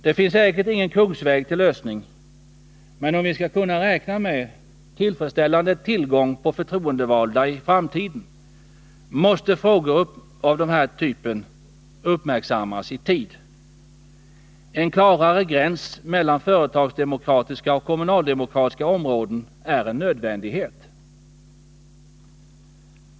Det finns säkert ingen kungsväg till lösning, men om vi skall kunna räkna «med en tillfredsställande tillgång på förtroendevalda i framtiden måste frågor av denna typ uppmärksammas i tid. En klarare gräns mellan företagsdemokratiska och kommunaldemokratiska områden är en nödvändighet.